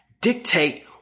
dictate